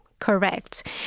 correct